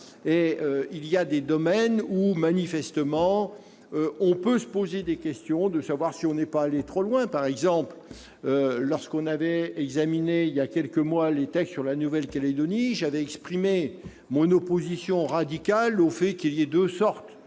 Il est des domaines où, manifestement, on peut se poser la question de savoir si on n'est pas allé trop loin. Par exemple, lorsqu'avaient été examinés, il y a quelques mois, les textes sur la Nouvelle-Calédonie, j'avais exprimé mon opposition radicale au fait qu'il y ait deux sortes